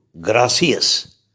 gracias